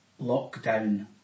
lockdown